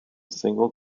single